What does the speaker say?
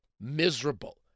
miserable